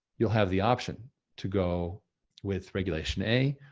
you'll have the option to go with regulation a,